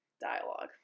dialogue